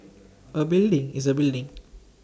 A building is A building